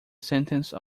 sentence